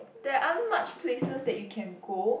there aren't much places that you can go